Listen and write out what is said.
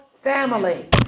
family